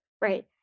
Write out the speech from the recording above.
Right